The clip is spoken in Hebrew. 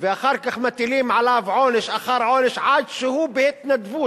ואחר כך מטילים עליו עונש אחר עונש עד שהוא בהתנדבות,